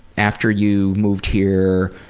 after you moved here,